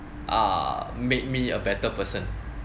uh made me a better person